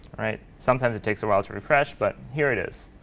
sometimes it takes a while to refresh, but here it is.